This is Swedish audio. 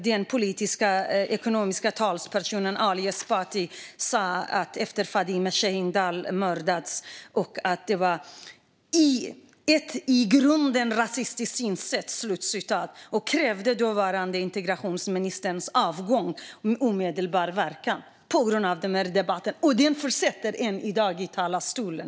Den ekonomisk-politiske talespersonen Ali Esbati sa efter att Fadime Sahindal mördats att det var "ett i grunden rasistiskt synsätt" och krävde dåvarande integrationsministerns avgång med omedelbar verkan på grund av den här debatten. Och den fortsätter än i dag i talarstolen.